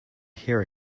hear